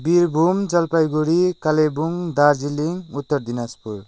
Birbhum Jalpaiguri Kalimpong Darjeeling Uttar Dinajpur